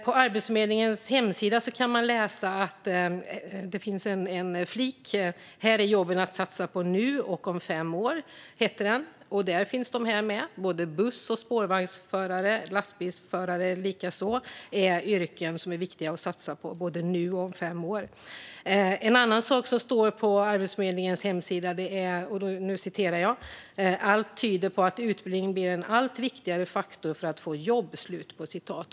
På Arbetsförmedlingens hemsida finns en flik som heter "Här är jobben att satsa på nu och om fem år". Där nämns både buss och spårvagnsförare, liksom lastbilsförare, som yrken som är viktiga att satsa på, både nu och om fem år. En annan sak som står på Arbetsförmedlingens hemsida är: "Allt tyder . på att utbildning blir en allt viktigare faktor för att få ett jobb."